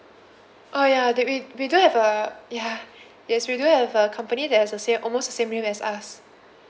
oh ya that we we do have a yeah yes we do have a company that is a same almost the same name as us